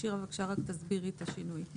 שירה, בבקשה תסבירי את השינוי.